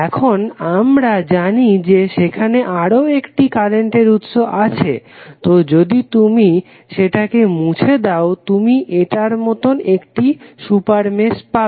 এখন আমরা জানি যে সেখানে আরও একটি কারেন্টের উৎস আছে তো যদি তুমি সেটাকে মুছে দাও তুমি এটার মতো একটি সুপার মেশ পাবে